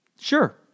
Sure